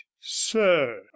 sir